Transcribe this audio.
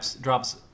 drops